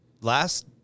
last